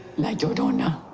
la llorona.